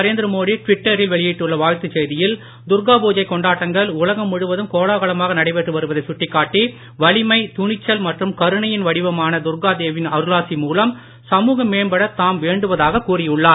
நரேந்திரமோடி டிவிட்டரில் வெளியிட்டுள்ள வாழ்த்து செய்தியில் துர்கா பூஜை கொண்டாட்டங்கள் உலகம் முழுவதும் கோலகலமாக நடைபெற்று வருவதைச் சுட்டிக்காட்டி வலிமை துணிச்சல் மற்றும் கருணையின் வடிவமான துர்கா தேவியின் அருளாசி மூலம் சமூகம் மேம்படத் தாம் வேண்டுவதாகக் கூறியுள்ளார்